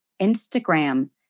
Instagram